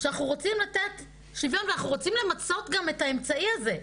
אנחנו רוצים לתת שוויון ואנחנו רוצים למצות גם את האמצעי הזה,